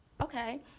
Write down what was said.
okay